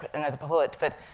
but and as a poet, but,